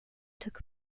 took